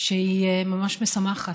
שהיא ממש משמחת.